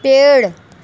पेड़